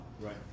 Right